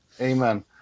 Amen